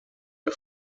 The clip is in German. der